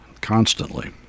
constantly